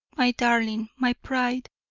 my darling, my pride,